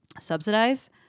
subsidize